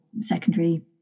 secondary